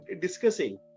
discussing